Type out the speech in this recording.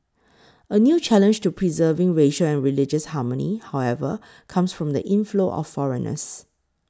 a new challenge to preserving racial and religious harmony however comes from the inflow of foreigners